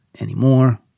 Anymore